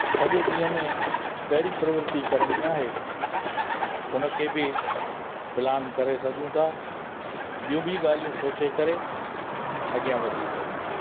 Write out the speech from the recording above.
सॼे ॾींहुं में कहिड़ी प्रवर्ति करिणी आहे उन खे बि प्लान करे सघूं था ॿियूं बि ॻाल्हियूं सोचे करे अॻियां वधी सघूं था